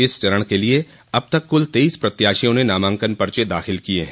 इस चरण के लिए अब तक कुल तेईस प्रत्याशियों ने नामांकन पर्चे दाखिल किये हैं